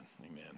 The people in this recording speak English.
amen